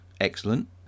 excellent